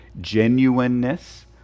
genuineness